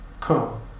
Cool